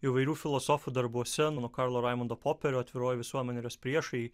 įvairių filosofų darbuose nuo karlo raimundo poperio atviroji visuomenė ir jos priešai